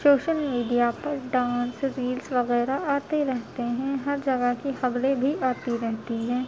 social media پر dance reels وغیرہ آتے رہتے ہیں ہر جگہ کی خبریں بھی آتی رہتی ہیں